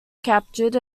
captured